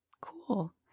Cool